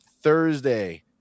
thursday